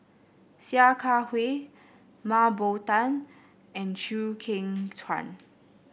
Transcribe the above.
Sia Kah Hui Mah Bow Tan and Chew Kheng Chuan